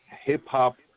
hip-hop